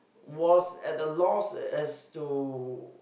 was at the loss as to